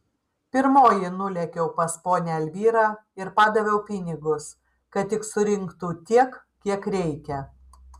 pirmoji nulėkiau pas ponią elvyrą ir padaviau pinigus kad tik surinktų tiek kiek reikia